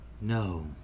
No